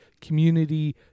Community